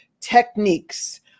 techniques